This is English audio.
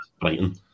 Brighton